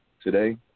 today